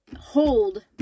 hold